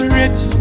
rich